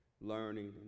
learning